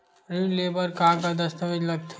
ऋण ले बर का का दस्तावेज लगथे?